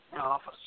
office